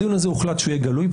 הדיון הזה הוחלט שהוא יהיה גלוי,